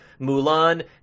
Mulan